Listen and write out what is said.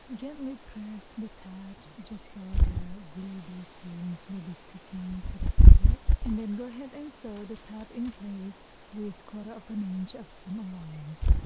but gently press and the tabs just so the glue basting will be sticking to the fabric and then go ahead and sew the tab in place with quarter of an inch of seam allowance